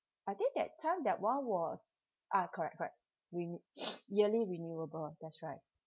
I think that time that one was ah correct correct re~ yearly renewable that's right